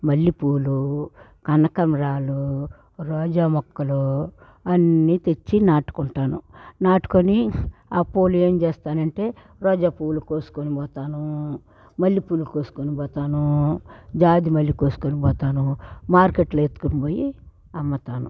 మల్లె పూలు కనకాంబరాలు రోజా మొక్కలు అన్నీ తెచ్చి నాటుకుంటాను నాటుకుని ఆ పూలు ఏం చేస్తానంటే రోజా పూలు కోసుకుని పోతాను మల్లె పూలు కోసుకుని పోతాను జాజి మల్లి కోసుకుని పోతాను మార్కెట్లో ఎత్తుకుని పోయి అమ్ముతాను